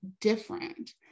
different